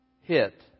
hit